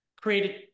created